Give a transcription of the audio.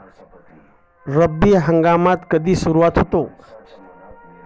रब्बी हंगाम कधी सुरू होतो?